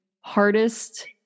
hardest